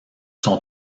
son